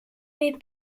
mes